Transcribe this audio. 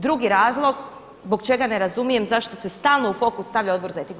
Drugi razlog zbog čega ne razumijem zašto se stalno u fokus stavlja Odbor za etiku.